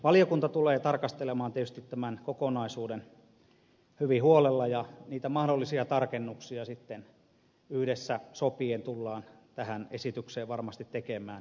valiokunta tulee tarkastelemaan tietysti tämän kokonaisuuden hyvin huolella ja niitä mahdollisia tarkennuksia sitten yhdessä sopien tullaan tähän esitykseen varmasti tekemään